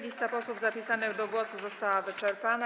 Lista posłów zapisanych do głosu została wyczerpana.